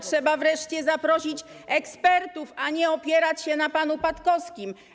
Trzeba wreszcie zaprosić ekspertów, a nie opierać się na panu Patkowskim.